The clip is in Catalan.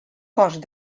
cost